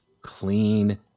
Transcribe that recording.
clean